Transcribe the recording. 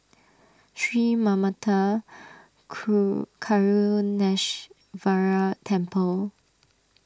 Sri Manmatha Karuneshvarar Temple